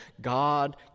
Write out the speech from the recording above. God